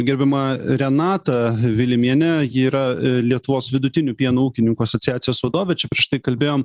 gerbiama renata vilimienė ji yra lietuvos vidutinių pieno ūkininkų asociacijos vadovė čia prieš tai kalbėjom